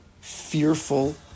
fearful